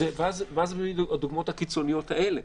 ואז באות הדוגמאות הקיצוניות האלה.